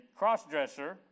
crossdresser